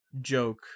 joke